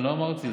לא אמרתי.